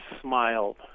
smiled